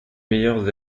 meilleurs